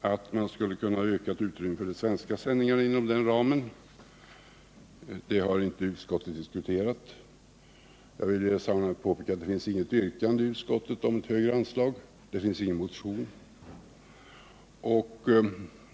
att man inom denna ram skulle kunna öka utrymmet för de svenska sändningarna. Den saken har inte diskuterats i utskottet. Jag vill i det sammanhanget påpeka att det inte framställts något yrkande i utskottet om ett högre anslag, och det finns inte heller någon motion.